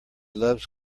loves